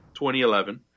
2011